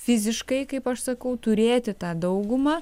fiziškai kaip aš sakau turėti tą daugumą